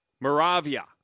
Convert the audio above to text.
Moravia